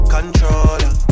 Controller